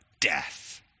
death